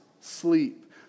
sleep